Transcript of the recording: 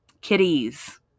Kitties